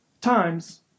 times